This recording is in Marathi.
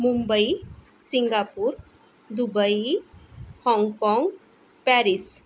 मुंबई सिंगापूर दुबई हाँगकाँग पॅरिस